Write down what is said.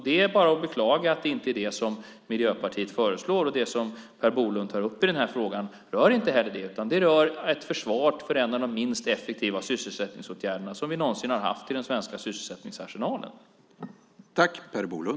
Det är bara att beklaga att det inte är detta som Miljöpartiet föreslår. Det som Per Bolund tar upp i den här frågan gäller heller inte detta, utan det handlar i stället om ett försvar för en av de minst effektiva sysselsättningsåtgärderna som vi någonsin har haft i den svenska sysselsättningsarsenalen.